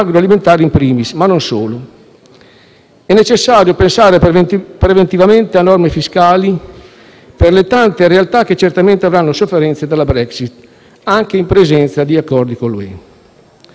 È necessario pensare preventivamente a norme fiscali per le tante realtà che certamente avranno sofferenze dalla Brexit, anche in presenza di accordi con l'UE. Concludo con una speranza.